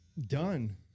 done